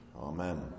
Amen